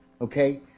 okay